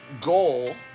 goal